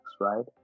Right